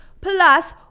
Plus